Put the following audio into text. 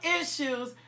issues